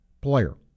player